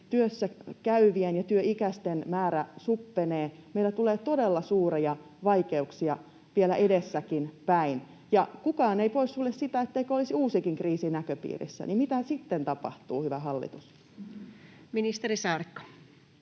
työssäkäyvien ja työikäisten määrä suppenee — meillä tulee olemaan todella suuria vaikeuksia vielä edessäpäinkin. Ja kukaan ei poissulje sitä, etteikö olisi uusikin kriisi näköpiirissä. Mitä sitten tapahtuu, hyvä hallitus? Ministeri Saarikko.